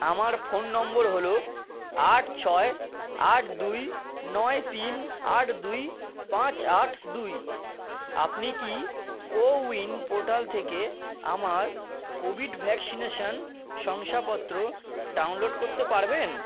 আমার phone number হলো আট ছয় আট দুই নয় তিন আট দুই পাঁচ আট দুই আপনি কি কোউইন পোর্টাল থেকে আমার কোভিড ভ্যাকসিনেশন শংসাপত্র ডাউনলোড করতে পারবেন